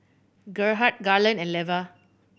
Gerhard Garland and Leva